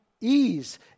ease